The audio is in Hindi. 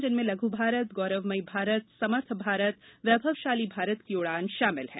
जिनमें लघ् भारत गौरवमयी भारत समर्थ भारत वैभवशाली भारत की उड़ान शामिल हैं